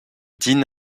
dîne